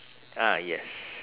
ah yes